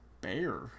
bear